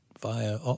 via